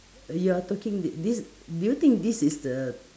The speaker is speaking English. you're talking thi~ this do you think this is the